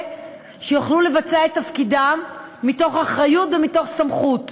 שיוכלו לבצע את תפקידם מתוך אחריות ומתוך סמכות.